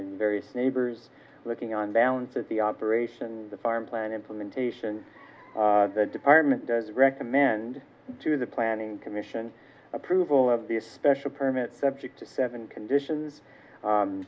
various neighbors looking on balance of the operation the farm plan implementation the department does recommend to the planning commission approval of the a special permit subject to seven conditions